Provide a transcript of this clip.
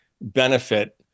benefit